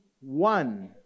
one